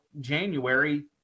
January